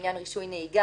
נהיגה.